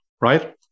right